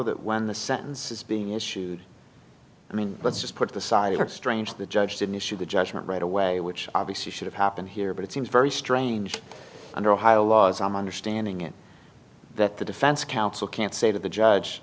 that when the sentence is being issued i mean let's just put the side of it strange the judge didn't issue the judgment right away which obviously should've happened here but it seems very strange under ohio law as i'm understanding it that the defense counsel can't say to the judge